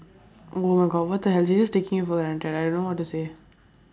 oh my god what the hell she's just taking you for granted I don't know what to say